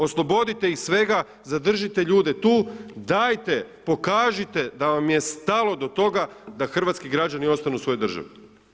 Oslobodite ih svega, zadržite ljude tu, dajte pokažite da vam je stalo do toga da hrvatski građani ostanu u svojoj državi.